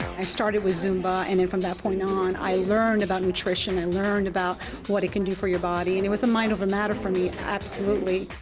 i started with zumba, and then from that point on, i learned about nutrition and learned about what it can do for your body, and it was a mind over matter for me, absolutely.